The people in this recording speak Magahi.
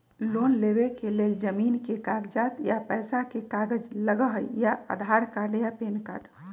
लोन लेवेके लेल जमीन के कागज या पेशा के कागज लगहई या आधार कार्ड या पेन कार्ड?